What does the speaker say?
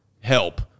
Help